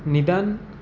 निदान